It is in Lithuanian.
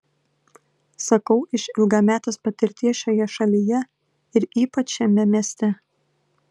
sakau iš ilgametės patirties šioje šalyje ir ypač šiame mieste